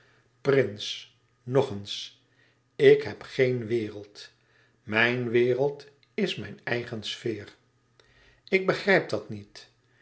prins nog eens ik heb geen wereld mijn wereld is mijn eigen sfeer e ids aargang k begrijp dat niet